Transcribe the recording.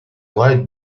light